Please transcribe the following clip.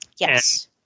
Yes